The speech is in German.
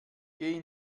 geh